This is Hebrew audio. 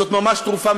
זו ממש תרופה.